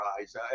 eyes